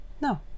No